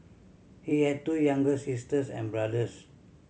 he had two younger sisters and brothers